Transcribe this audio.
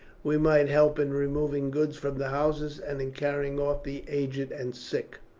we might help in removing goods from the houses, and in carrying off the aged and sick.